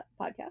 podcast